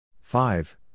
Five